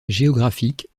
géographiques